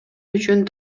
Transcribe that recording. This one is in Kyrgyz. үчүн